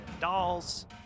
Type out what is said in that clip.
dolls